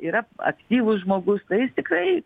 yra aktyvus žmogus tai jis tikrai